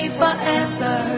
forever